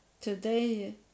today